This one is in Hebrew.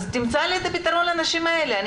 אז תמצא לי פתרון לאנשים האלה.